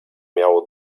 miało